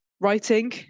Writing